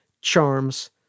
charms